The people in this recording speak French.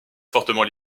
fortement